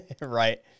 Right